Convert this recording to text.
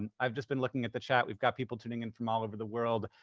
and i've just been looking at the chat. we've got people tuning in from all over the world.